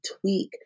tweak